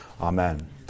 Amen